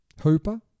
Hooper